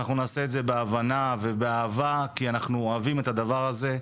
אנחנו נעשה את זה בהבנה ובאהבה כי אנחנו אוהבים את הדבר הזה.